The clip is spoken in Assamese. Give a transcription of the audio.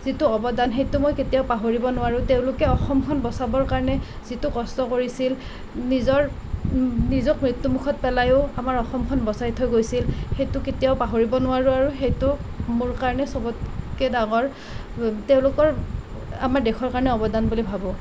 যিটো অৱদান সেইটো মই কেতিয়াও পাহৰিব নোৱাৰোঁ তেওঁলোকে অসমখন বচাবৰ কাৰণে যিটো কষ্ট কৰিছিল নিজৰ নিজক মৃত্যুমুখত পেলাইয়ো আমাৰ অসমখন বচাই থৈ গৈছিল সেইটো কেতিয়াও পাহৰিব নোৱাৰোঁ আৰু সেইটো মোৰ কাৰণে চবতকে ডাঙৰ তেওঁলোকৰ আমাৰ দেশৰ কাৰণে অৱদান বুলি ভাবোঁ